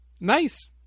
Nice